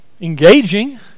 Engaging